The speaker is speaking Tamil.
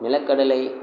நிலக்கடலை